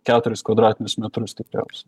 keturis kvadratinius metrus tikriausiai